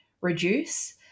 reduce